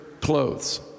clothes